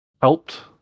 helped